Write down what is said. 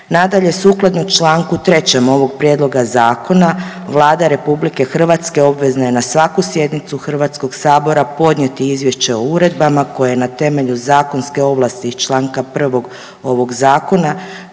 Nadalje, sukladno Članku 3. ovog prijedloga zakona Vlada RH obvezna je na svaku sjednicu HS podnijeti izvješće o uredbama koje je na temelju zakonske ovlasti iz čl. 1. ovog zakona